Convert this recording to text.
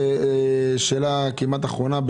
שאלה כמעט אחרונה.